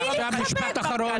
אני מתחבקת?